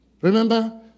Remember